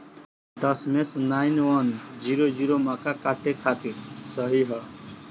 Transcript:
दशमेश nine one zero zero मक्का काटे खातिर सही ह?